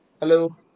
Hello